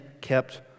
kept